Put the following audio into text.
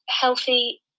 healthy